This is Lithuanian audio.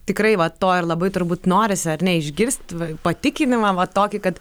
tikrai va to ir labai turbūt norisi ar ne išgirst patikinimą va tokį kad